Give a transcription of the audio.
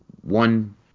one